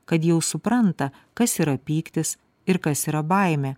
kad jau supranta kas yra pyktis ir kas yra baimė